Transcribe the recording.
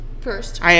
First